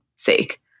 sake